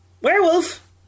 Werewolf